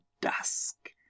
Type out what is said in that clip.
dusk